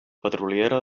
petroliera